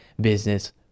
business